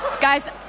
guys